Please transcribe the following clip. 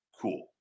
Cool